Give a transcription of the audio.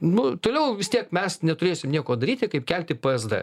nu toliau vis tiek mes neturėsim nieko daryti kaip kelti psd